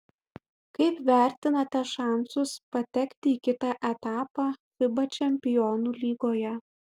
kaip vertinate šansus patekti į kitą etapą fiba čempionų lygoje